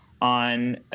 on